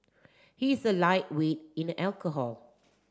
he is a lightweight in alcohol